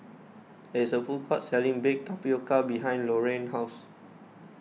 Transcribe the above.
there's a food court selling Baked Tapioca behind Lorrayne's house